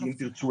אם תרצו,